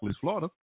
Florida